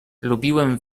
lubiłem